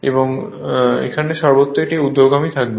এবং এখানে সর্বত্র এটি ঊর্ধ্বমুখী থাকবে